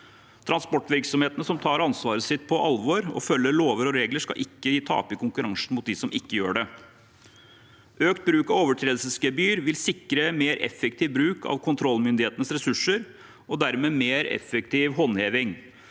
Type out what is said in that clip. Transportvirksomhetene som tar ansvaret sitt på alvor og følger lover og regler, skal ikke tape i konkurransen mot dem som ikke gjør det. Økt bruk av overtredelsesgebyr vil sikre mer effektiv bruk av kontrollmyndighetenes ressurser og dermed mer effektiv håndheving.